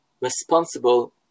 responsible